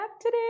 today